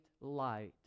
light